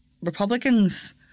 Republicans